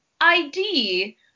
ID